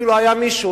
אפילו היה מישהו,